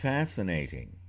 Fascinating